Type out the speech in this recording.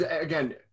again